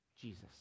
Jesus